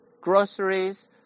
groceries